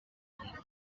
and